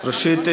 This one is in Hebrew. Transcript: ראשית,